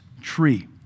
tree